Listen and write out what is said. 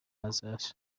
ازش